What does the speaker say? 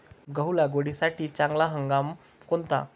गहू लागवडीसाठी चांगला हंगाम कोणता?